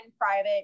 private